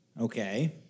Okay